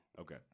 Okay